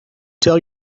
tell